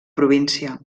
província